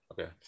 Okay